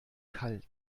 kalt